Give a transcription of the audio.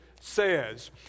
says